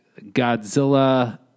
Godzilla